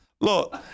Look